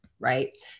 Right